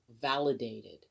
validated